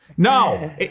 No